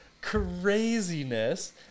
craziness